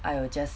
I will just